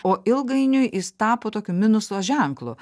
o ilgainiui jis tapo tokiu minuso ženklu